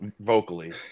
vocally